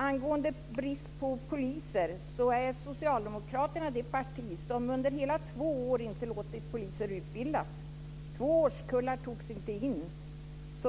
När det gäller bristen på poliser vill jag säga att Socialdemokraterna är det parti som under hela två år inte låtit utbilda några poliser. Två årskullar togs inte in.